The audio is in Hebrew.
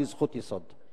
שהיא זכות יסוד.